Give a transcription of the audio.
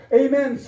amen